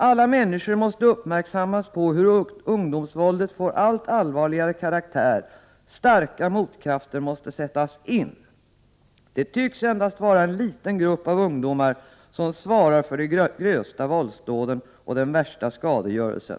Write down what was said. Alla människor måste uppmärksammas på hur ungdomsvåldet får allt allvarligare karaktär, starka motkrafter måste sättas in. ——— Det tycks endast vara en liten grupp av ungdomar som svarar för de grövsta våldsdåden och den värsta skadegörelsen.